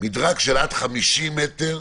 מדרג של עד 50 מ"ר,